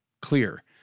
clear